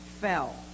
fell